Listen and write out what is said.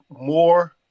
more